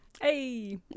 Hey